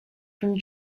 from